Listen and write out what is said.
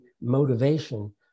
motivation